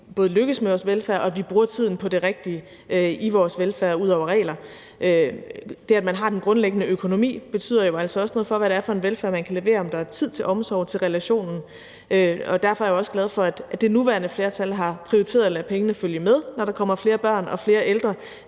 både lykkes med vores velfærd, og at vi bruger tiden på det rigtige i vores velfærd, ud over regler. Det, at man har den grundlæggende økonomi, betyder jo altså også noget for, hvad det er for en velfærd, man kan levere, om der er tid til omsorg, til relationen, og derfor er jeg også glad for, at det nuværende flertal har prioriteret at lade pengene følge med, når der kommer flere børn og flere ældre.